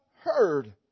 heard